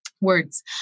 words